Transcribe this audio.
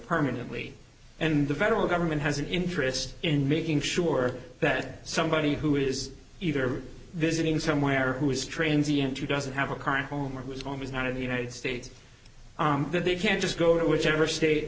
permanently and the federal government has an interest in making sure that somebody who is either visiting somewhere who is trained the entry doesn't have a current home or was home is not in the united states that they can just go to whichever state